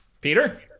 Peter